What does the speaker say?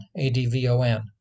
ADVON